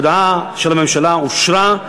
ההודעה של הממשלה אושרה.